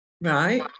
Right